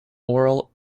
oral